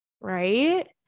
right